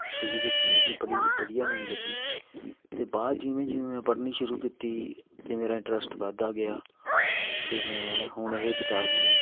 ਸ਼ੁਰੂ ਵਿੱਚ ਨਹੀਂ ਪੜ੍ਹੀ ਵਧੀਆ ਨਹੀਂ ਲੱਗੀ ਅਤੇ ਬਾਅਦ ਜਿਵੇਂ ਜਿਵੇਂ ਮੈਂ ਪੜ੍ਹਨੀ ਸ਼ੁਰੂ ਕੀਤੀ ਅਤੇ ਮੇਰਾ ਇੰਟਰਸਟ ਵੱਧਦਾ ਗਿਆ ਅਤੇ ਮੈਂ ਹੁਣ ਇਹ ਕਿਤਾਬ ਨੂੰ